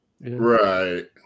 Right